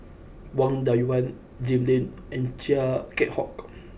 Wang Dayuan Jim Lim and Chia Keng Hock